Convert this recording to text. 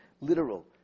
literal